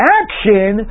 action